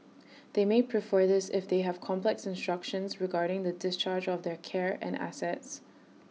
they may prefer this if they have complex instructions regarding the discharge of their care and assets